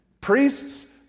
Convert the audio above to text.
Priests